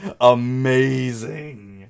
amazing